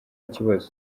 kibazo